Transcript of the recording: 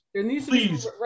Please